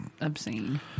obscene